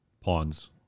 pawns